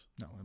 No